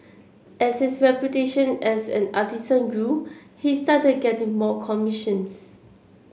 as his reputation as an artisan grew he started getting more commissions